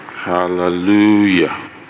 Hallelujah